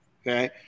Okay